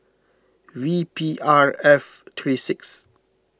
V P R F three six